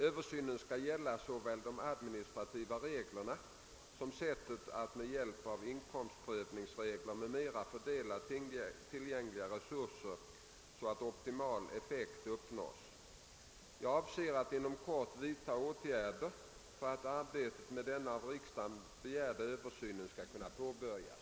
Översynen skall gälla såväl de administrativa reglerna som sättet att med hjälp av inkomstprövningsregler m.m. fördela tillgängliga resurser så att optimal effekt uppnås. Jag avser att inom kort vidta åtgärder för att arbetet med den av riksdagen begärda översynen skall kunna påbörjas.